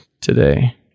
today